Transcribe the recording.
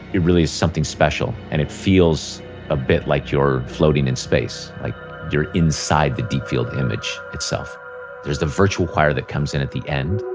it really is something special. and it feels a bit like you're floating in space. like you're inside the deep field image itself there's the virtual choir that comes in at the end